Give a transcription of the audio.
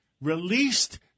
released